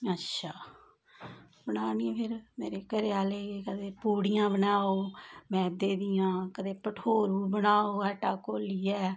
अच्छा बनानी फिर मेरे घरे आहले गी कदें पूड़ियां बनाओ मैदे दियां कदें पठौरू बनाओ आटा घोलिए